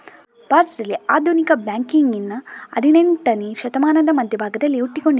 ಭಾರತದಲ್ಲಿ ಆಧುನಿಕ ಬ್ಯಾಂಕಿಂಗಿನ ಹದಿನೇಂಟನೇ ಶತಮಾನದ ಮಧ್ಯ ಭಾಗದಲ್ಲಿ ಹುಟ್ಟಿಕೊಂಡಿತು